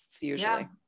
usually